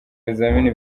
bizamini